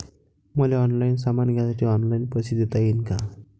मले ऑनलाईन सामान घ्यासाठी ऑनलाईन पैसे देता येईन का?